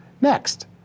next